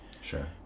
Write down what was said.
sure